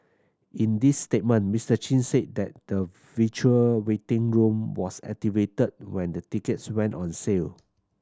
in his statement Mister Chin said that the virtual waiting room was activated when the tickets went on sale